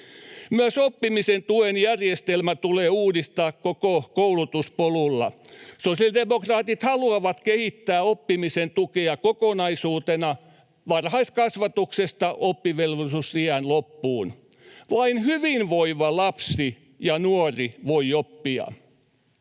Myös oppimisen tuen järjestelmä tulee uudistaa koko koulutuspolulla. Sosiaalidemokraatit haluavat kehittää oppimisen tukea kokonaisuutena varhaiskasvatuksesta oppivelvollisuusiän loppuun. Vain hyvinvoiva lapsi ja nuori voi oppia.